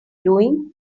doing